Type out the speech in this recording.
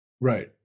Right